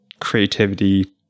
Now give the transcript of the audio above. creativity